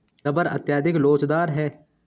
rubber अत्यधिक लोचदार है